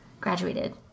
graduated